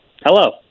Hello